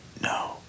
No